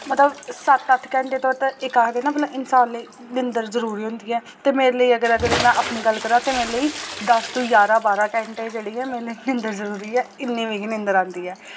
मतलब सत्त अट्ठ घैंटे ते इक आखदे ना मतलब इंसान लेई निंदर जरूरी होंदी ऐ ते मेरे लेई अगर अगर में अपनी गल्ल करांऽ ते मेरे लेई दस्स टू जारां बारां घैंटे जेह्ड़ी मेरे लेई निंदर जरूरी ऐ इ'न्नी मिगी निंदर आंदी ऐ